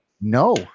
No